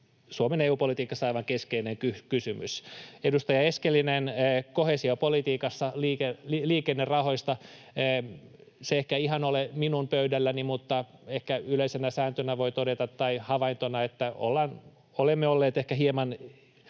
Suomen EU-politiikassa aivan keskeinen kysymys. Edustaja Eskelinen kysyi koheesiopolitiikasta ja liikennerahoista. Se ei ehkä ole ihan minun pöydälläni, mutta ehkä yleisenä havaintona voi todeta, että olemme olleet ehkä hieman